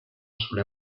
sulle